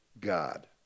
God